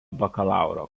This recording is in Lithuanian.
bakalauro